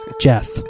Jeff